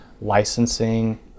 licensing